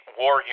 war